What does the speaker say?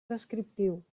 descriptiu